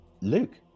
Luke